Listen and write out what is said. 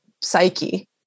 psyche